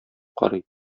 карый